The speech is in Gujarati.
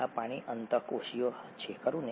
આ પાણી અંતઃકોશીય છે ખરું ને